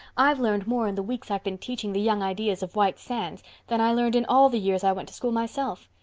i've learned more in the weeks i've been teaching the young ideas of white sands than i learned in all the years i went to school myself.